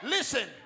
Listen